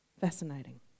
Fascinating